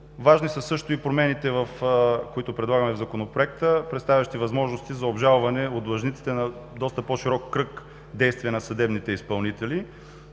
Важни са също и промените, които предлагаме в Законопроекта, представящи възможности за обжалване от длъжниците на доста по-широк кръг действия на съдебните изпълнители.